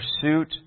pursuit